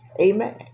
amen